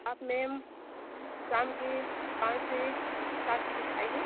आप मैम शाम के पाँच से सात के बीच आइए